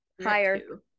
Higher